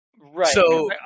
Right